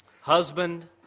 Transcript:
husband